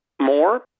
more